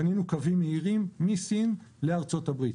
בנינו קווים מהירים מסין לארה"ב.